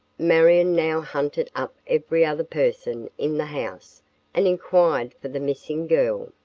marion now hunted up every other person in the house and inquired for the missing girl.